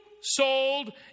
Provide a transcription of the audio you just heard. sold